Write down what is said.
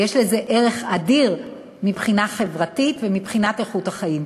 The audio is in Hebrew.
ויש לזה ערך אדיר מבחינה חברתית ומבחינת איכות החיים.